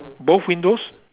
both windows